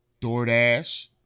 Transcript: DoorDash